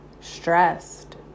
stressed